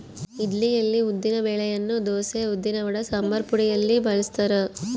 ಇಡ್ಲಿಯಲ್ಲಿ ಉದ್ದಿನ ಬೆಳೆಯನ್ನು ದೋಸೆ, ಉದ್ದಿನವಡ, ಸಂಬಾರಪುಡಿಯಲ್ಲಿ ಬಳಸ್ತಾರ